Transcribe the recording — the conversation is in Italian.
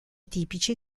tipici